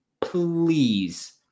please